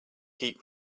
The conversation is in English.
heat